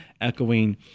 echoing